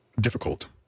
difficult